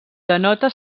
denota